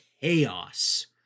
chaos